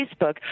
Facebook